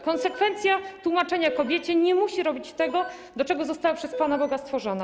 Konsekwencja - tłumaczenie kobiecie, że nie musi robić tego, do czego została przez Pana Boga stworzona.